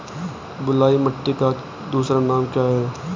बलुई मिट्टी का दूसरा नाम क्या है?